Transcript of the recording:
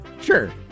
Sure